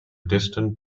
distant